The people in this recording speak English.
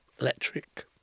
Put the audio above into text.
electric